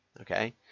Okay